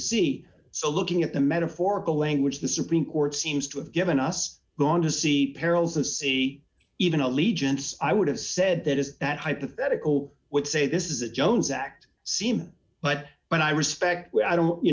sea so looking at the metaphorical language the supreme court seems to have given us gone to see perils of c even allegiance i would have said that is that hypothetical would say this is a jones act seem but when i respect you